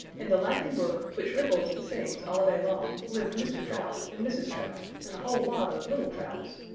in the laughing brook, which rippled and sings all day long, lived mr. trout and mrs. trout, and a whole lot of little trouts.